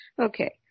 Okay